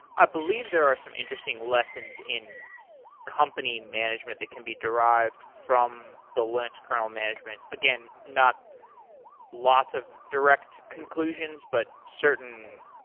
i believe there are some interesting lessons in company management that can be derived from the linux kernel management. again, not lots of direct conclusions, but certain,